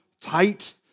tight